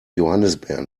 johannisbeeren